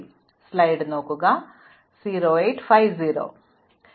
ഞങ്ങൾക്ക് ഫലപ്രദമായി നടപ്പിലാക്കാൻ കഴിയുന്ന ന്യായമായ നടപടിക്രമമായി ഇത് നിയോഗിക്കുക